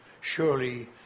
Surely